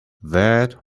that